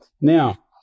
Now